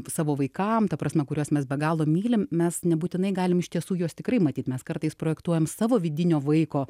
savo vaikam ta prasme kuriuos mes be galo mylim mes nebūtinai galim iš tiesų juos tikrai matyt mes kartais projektuojam savo vidinio vaiko